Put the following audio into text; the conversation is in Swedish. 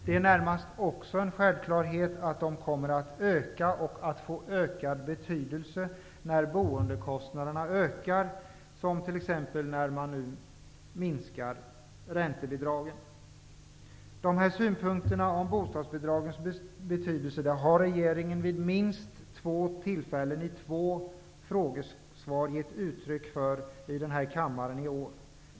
Det är också närmast en självklarhet att de kommer att öka och få ökad betydelse när boendekostnaderna ökar, t.ex. nu när räntebidragen minskar. Dessa synpunkter om bostadsbidragens betydelse har regeringen i minst två frågesvar gett uttryck för i denna kammare i år.